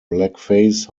blackface